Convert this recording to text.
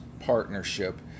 Partnership